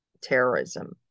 terrorism